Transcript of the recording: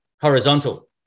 horizontal